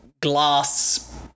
glass